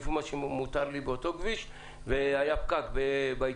לפי מה שמותר לי לנסוע באותו כביש והיה פקק ביציאה